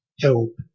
help